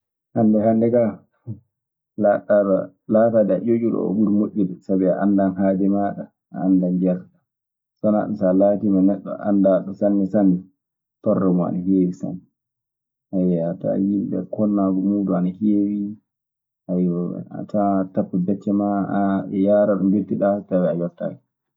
Hannde hannde kaa, laataade ƴoƴuɗo oo ɓuri moƴƴude. Sabbi a anndan haaju maaɗa, a anndan njeertoɗaa. So wanaa ɗun so a laatiima neɗɗo anndaaɗo sanne sanne, torla mun ana heewi sanne sanne. a tawan yimɓe konnaaru mun en ana heewi. A tawan aɗe tappa becce maa, an aɗe yaara ɗo njettiɗaa tawee a yettaaki.